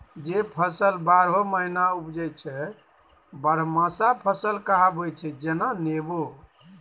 जे फसल बारहो महीना उपजै छै बरहमासा फसल कहाबै छै जेना नेबो